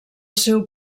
seu